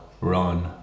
run